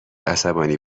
عصبانی